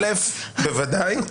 בוודאי.